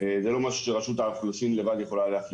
זה לא משהו שרשות האוכלוסין לבד יכולה להחליט.